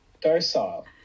docile